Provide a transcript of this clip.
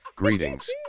Greetings